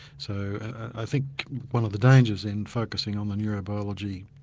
so i think one of the dangers in focusing on the neurobiology,